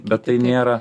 bet tai nėra